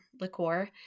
liqueur